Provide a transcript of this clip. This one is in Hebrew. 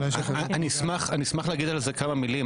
אני אשמח להגיד כמה מילים,